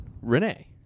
Renee